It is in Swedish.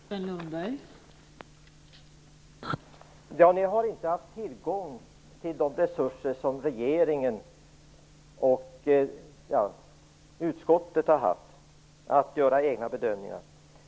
Fru talman! Folkpartiet har inte har haft tillgång till samma resurser som regeringen och utskottet för att göra egna bedömningar.